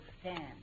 stand